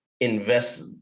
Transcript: invest